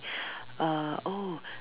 uh oh